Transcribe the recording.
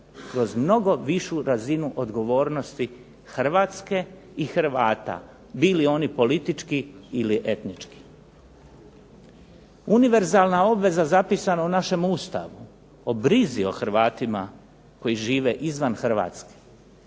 kroz mnogo višu razinu odgovornosti HRvatske i Hrvata bili oni politički ili etnički. Univerzalna obveza zapisana u našem Ustavu o brizi o Hrvatima koji žive izvan Hrvatske